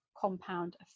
compound